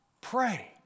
Pray